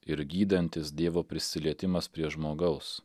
ir gydantis dievo prisilietimas prie žmogaus